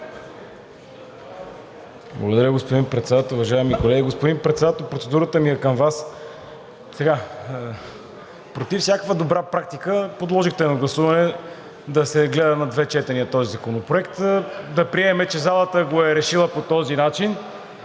Благодаря, господин Председател. Уважаеми колеги! Господин Председател, процедурата ми е към Вас. Против всякаква добра практика подложихте на гласуване да се гледа на две четения този законопроект. Да приемем, че залата го е решила по този начин.